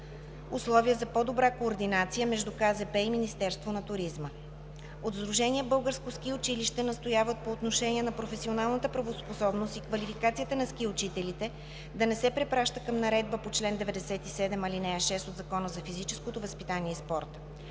условия за по-добра координация между КЗП и Министерството на туризма. От сдружение „Българско ски училище“ настояват, по отношение на професионалната правоспособност и квалификацията на ски учителите, да не се препраща към наредбата по чл. 97, ал. 6 от Закона за физическото възпитание и спорта.